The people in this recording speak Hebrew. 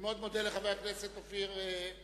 אני מאוד מודה לחבר הכנסת אופיר פינס.